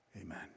Amen